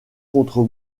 contre